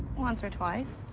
once or twice.